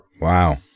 Wow